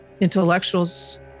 intellectuals